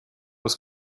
was